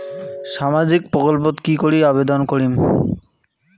সামাজিক প্রকল্পত কি করি আবেদন করিম?